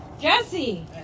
Jesse